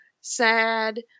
sad